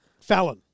Fallon